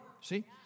See